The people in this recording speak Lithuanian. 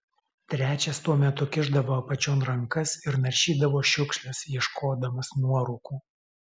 trečias tuo metu kišdavo apačion rankas ir naršydavo šiukšles ieškodamas nuorūkų